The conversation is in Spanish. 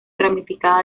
ramificada